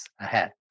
ahead